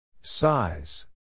Size